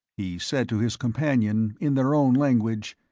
he said to his companion, in their own language,